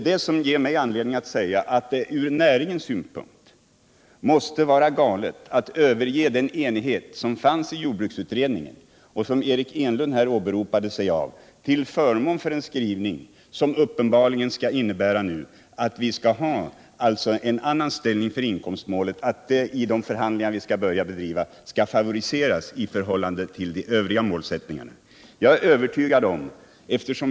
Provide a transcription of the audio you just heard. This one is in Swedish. Det måste, anser jag, ur näringens synpunkt vara galet att överge den enighet som fanns i jordbruksutredningen — och som Eric Enlund här 49 åberopade -— till förmån för en skrivning som uppenbarligen innebär att inkomstmålet vid de förhandlingar som nu skall föras skall favoriseras i förhållande till de övriga målsättningarna.